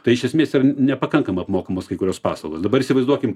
tai iš esmės yra nepakankamai apmokamos kai kurios paslaugos dabar įsivaizduokim